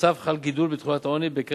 נוסף על כך חל גידול בתחולת העוני בקרב